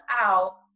out